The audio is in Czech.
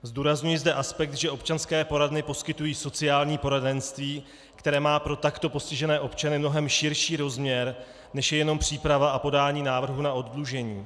Zdůrazňuji zde aspekt, že občanské poradny poskytují sociální poradenství, které má pro takto postižené občany mnohem širší rozměr, než je jenom příprava a podání návrhu na oddlužení.